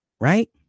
Right